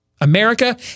America